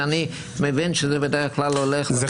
שאני מבין שזה בדרך כלל הולך --- על